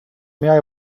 may